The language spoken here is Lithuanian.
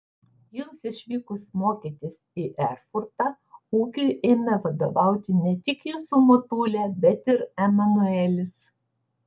jums išvykus mokytis į erfurtą ūkiui ėmė vadovauti ne tik jūsų motulė bet ir emanuelis